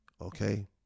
okay